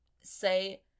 say